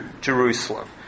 Jerusalem